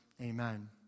Amen